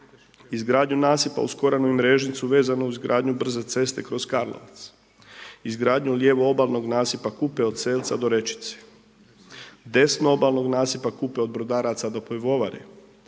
izgradnja nasipa uz Koranu i Mrežnicu vezano uz gradnju brze ceste kroz Karlovac, izgradnju lijevo obalnog nasipa Kupe od Selca do Rečice, desno obalnog nasipa Kupe od Brodaraca do pivovare,